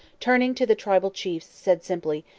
turning to the tribal chiefs, said simply,